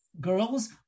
girls